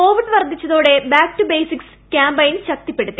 Covid വർദ്ധിച്ചതോടെ back to basics campaign ശക്തിപ്പെടുത്തി